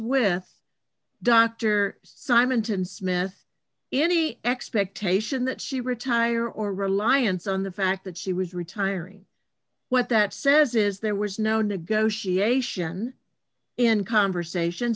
with dr simonton smith any expectation that she retire or reliance on the fact that she was retiring what that says is there was no negotiation in conversations